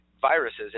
viruses